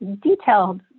detailed